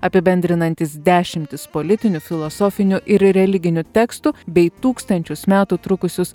apibendrinantis dešimtis politinių filosofinių ir religinių tekstų bei tūkstančius metų trukusius